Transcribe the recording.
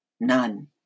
none